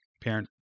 parent